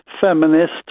feminist